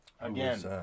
Again